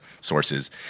sources